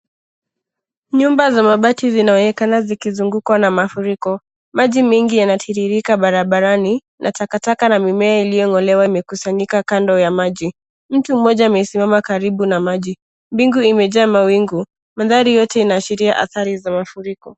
Nyumba za mabati zinaonekana zikizingukwa na mafuriko. Maji mingi yanatiririka barabarani na takataka na mimea iliyongolewa imekusanyika kando ya maji. Mtu Mmoja amesimama karibu na maji. Mbingu imejaa mawingu. Mandhari yote inaashiria adhari za mafuriko.